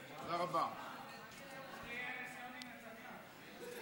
הוא ראיין את יוני נתניהו,